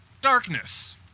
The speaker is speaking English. darkness